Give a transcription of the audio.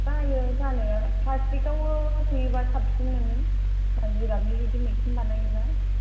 जायो जानाया प्लास्टिकआवनो सोयोबा साबसिन नोङो माइ जिगाबनि बायदि मैखुन बानायोब्ला